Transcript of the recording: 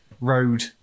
road